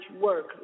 work